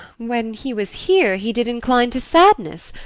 when he was here he did incline to sadness,